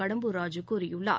கடம்பூர் ராஜூ கூறியுள்ளார்